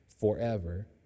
forever